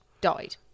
died